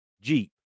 Jeep